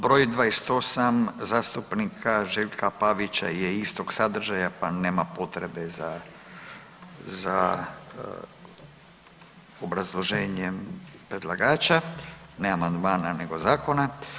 Broj 28 zastupnika Željka Pavića je istog sadržaja pa nema potrebe za obrazloženjem predlagača, ne amandmana nego zakona.